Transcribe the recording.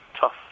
tough